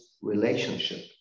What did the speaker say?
relationship